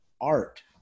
art